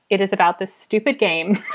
it is about this stupid game.